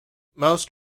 most